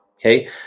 okay